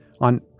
on